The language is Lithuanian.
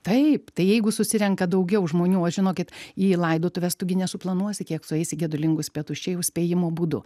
taip tai jeigu susirenka daugiau žmonių aš žinokit į laidotuves tu gi nesuplanuosi kiek sueis į gedulingus pietus čia jau spėjimo būdu